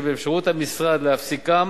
שבאפשרות המשרד להפסיקם